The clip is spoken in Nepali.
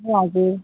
ए हजुर